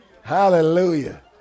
Hallelujah